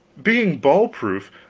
being ball-proof,